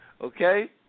okay